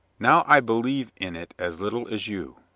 now i believe in it as little as you.